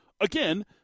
again